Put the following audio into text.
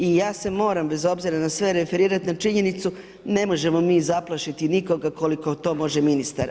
I ja se moram bez obzira na sve referirati na činjenicu, ne možemo mi zaplašiti nikoga koliko to može ministar.